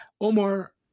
Omar